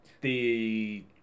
The-